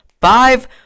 Five